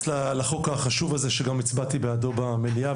לחוק החשוב הזה שגם הצבעתי בעדו במליאה,